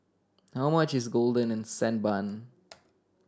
how much is golden and sand bun